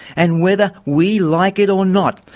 and, whether we like it or not,